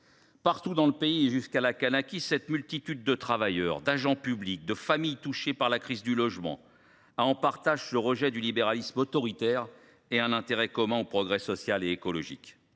Partout dans le pays, jusqu’à la Kanaky, cette multitude de travailleurs, d’agents publics et de familles touchées par la crise du logement a en partage le rejet du libéralisme autoritaire et un intérêt commun au progrès social et écologique.